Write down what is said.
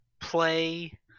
play